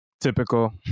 Typical